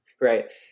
Right